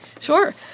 Sure